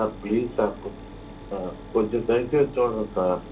sir please sir కొంచెం దయచేసి చూడరా సార్